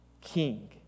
king